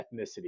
ethnicity